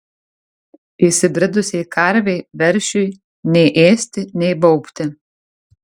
įsibridusiai karvei veršiui nei ėsti nei baubti